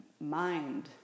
mind